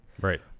Right